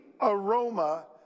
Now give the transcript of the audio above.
aroma